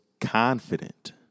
confident